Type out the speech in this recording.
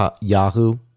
Yahoo